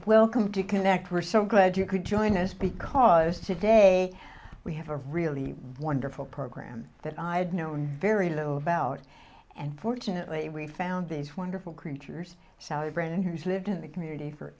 welcome to connect we're so glad you could join us because today we have a really wonderful program that i had known very little about and fortunately we found these wonderful creatures sally brennan who's lived in the community for